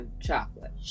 chocolate